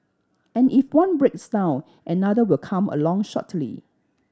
and if one breaks down another will come along shortly